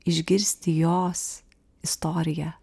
išgirsti jos istoriją